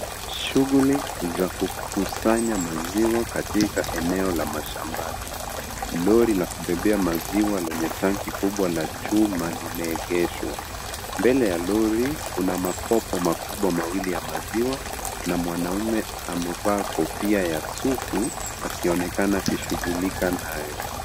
Shughuli za kukusanya maziwa katika eneo la mashambani. Lori la kubebea maziwa lenye tanki kubwa la chuma limeegeshwa. Mbele ya lori kuna makopo makubwa mawili ya maziwa na mwanaume amevaa kofia ya sufu akionekana kushughulika nayo.